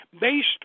based